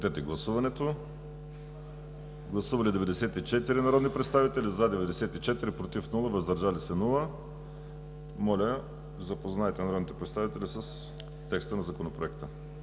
да гласува. Гласували 94 народни представители: за 94, против и въздържали се няма. Моля, запознайте народните представители с текста на Законопроекта.